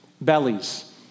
bellies